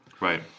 Right